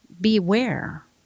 beware